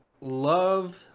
love